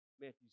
Matthew